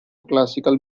classical